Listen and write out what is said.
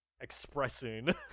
expressing